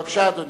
בבקשה, אדוני.